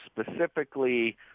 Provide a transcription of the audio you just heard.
specifically